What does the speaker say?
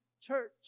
church